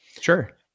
Sure